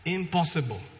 impossible